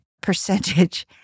percentage